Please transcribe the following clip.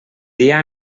dia